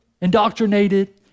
indoctrinated